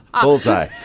Bullseye